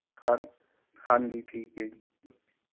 ਹਾਂ ਹਾਂਜੀ ਠੀਕ ਹੈ ਜੀ